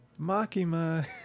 Makima